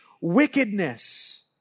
wickedness